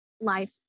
life